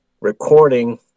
recording